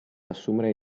assumere